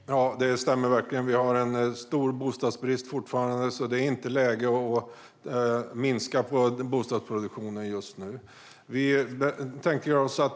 Fru talman! Det stämmer verkligen. Vi har fortfarande en stor bostadsbrist, så just nu är det inte läge att minska på bostadsproduktionen.